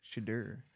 Shadur